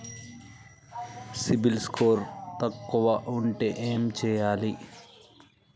CIBIL score తక్కువ ఉంటే ఏం చేయాలి?